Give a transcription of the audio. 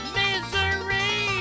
misery